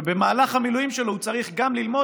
ובמהלך המילואים שלו הוא צריך גם ללמוד